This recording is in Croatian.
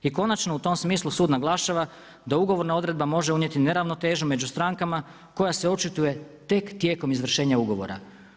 I konačno u tom smislu sud naglašava „da ugovorna odredba mora unijeti neravnotežu među strankama koja se očituje tek tijekom izvršenja ugovora“